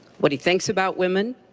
what he thinks about women,